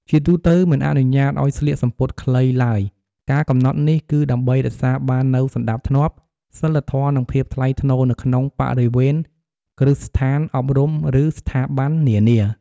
ជាទូទៅ មិនអនុញ្ញាតឱ្យស្លៀកសំពត់ខ្លីឡើយការកំណត់នេះគឺដើម្បីរក្សាបាននូវសណ្ដាប់ធ្នាប់ សីលធម៌ និងភាពថ្លៃថ្នូរនៅក្នុងបរិវេណគ្រឹះស្ថានអប់រំ ឬស្ថាប័ននានា។